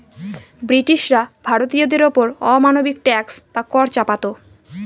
ব্রিটিশরা ভারতীয়দের ওপর অমানবিক ট্যাক্স বা কর চাপাতো